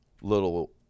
little